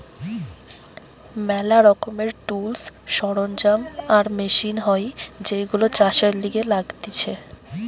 ম্যালা রকমের টুলস, সরঞ্জাম আর মেশিন হয় যেইগুলো চাষের লিগে লাগতিছে